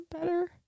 better